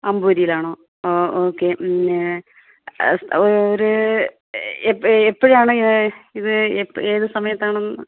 അമ്പൂരിയിലാണോ ആ ഓക്കെ ഒരു എപ്പോഴാണിങ്ങനെ ഇത് ഏത് സമയത്താണെന്ന്